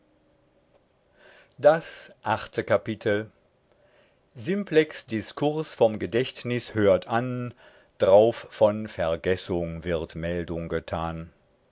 das achte kapitel simplex diskurs vom gedächtnus hört an drauf von vergessung wird meldung getan